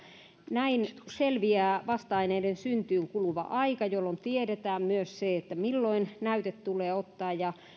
näin selviää vasta aineiden syntyyn kuluva aika jolloin tiedetään myös se milloin näyte tulee ottaa ja